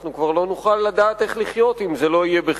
אנחנו כבר לא נוכל לדעת איך לחיות אם זה לא בחירום.